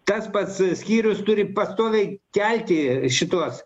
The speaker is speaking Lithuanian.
tas pats skyrius turi pastoviai kelti šituos